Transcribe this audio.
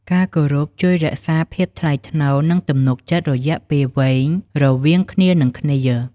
ការគោរពជួយរក្សាភាពថ្លៃថ្នូរ និងទំនុកចិត្តរយៈពេលវែងរវាងគ្នានឹងគ្នា។